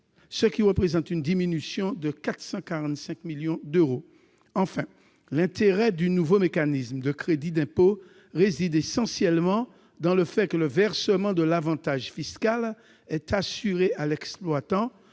ce qui représente une diminution de 445 millions d'euros. L'intérêt du nouveau mécanisme de crédit d'impôt réside essentiellement dans le fait que le versement de l'avantage fiscal est assuré à l'exploitant,